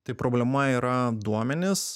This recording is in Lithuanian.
tai problema yra duomenys